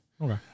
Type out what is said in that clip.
Okay